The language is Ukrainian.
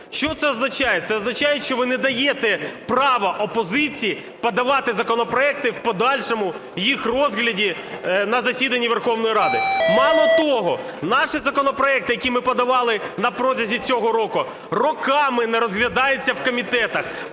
Що це означає? Це означає, що ви не даєте права опозиції подавати законопроекти в подальшому їх розгляді на засіданні Верховної Ради. Мало того, наші законопроекти, які ми подавали на протязі цього року, роками не розглядаються в комітетах,